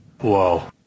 Whoa